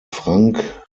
frank